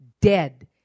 dead